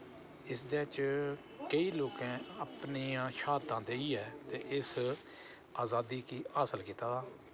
इसदे च केईं लोकें अपनियां श्हादतां देइयै ते इस अज़ादी गी हासल कीते दा